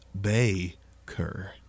Baker